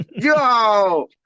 Yo